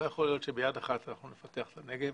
לא יכול להיות שביד אחת אנחנו נפתח את הנגב